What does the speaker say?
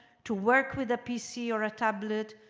to work with the pc or ah tablet,